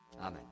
Amen